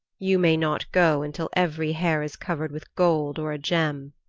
you may not go until every hair is covered with gold or a gem.